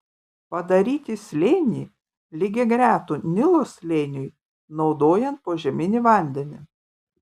padaryti slėnį lygiagretų nilo slėniui naudojant požeminį vandenį